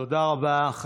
תודה רבה.